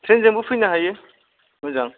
ट्रेनजोंबो फैनो हायो मोजां